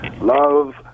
love